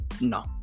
No